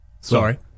Sorry